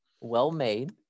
well-made